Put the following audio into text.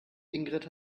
ingrid